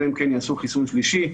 אלא אם כן יעשו חיסון שלישי,